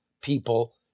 people